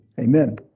Amen